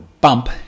bump